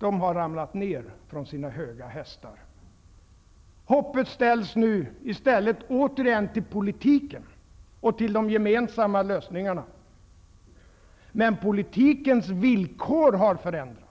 har ramlat ned från sina höga hästar. Hoppet ställs nu återigen till politiken och till de gemensamma lösningarna. Men politikens villkor har förändrats.